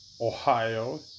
Ohio